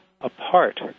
apart